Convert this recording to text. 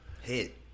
Hit